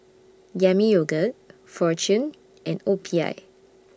Yami Yogurt Fortune and O P I